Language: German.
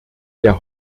der